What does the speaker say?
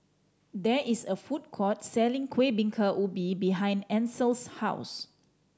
there is a food court selling Kuih Bingka Ubi behind Ancel's house